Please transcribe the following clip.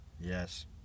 Yes